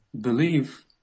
believe